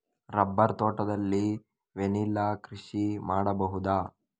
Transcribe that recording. Rubber ತೋಟದಲ್ಲಿ vanilla ಕೃಷಿ ಮಾಡಬಹುದಾ?